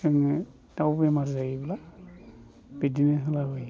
जोङो दाउ बेमार जायोब्ला बिदिनो होलाबायो